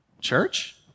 church